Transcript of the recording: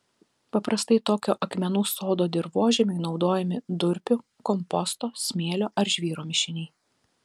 paprastai tokio akmenų sodo dirvožemiui naudojami durpių komposto smėlio ar žvyro mišiniai